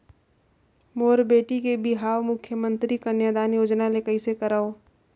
मोर बेटी के बिहाव मुख्यमंतरी कन्यादान योजना ले कइसे करव?